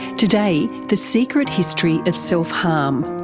today, the secret history of self-harm,